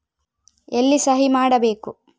ಎಲ್ಲಿ ಸಹಿ ಮಾಡಬೇಕು?